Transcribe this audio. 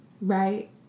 right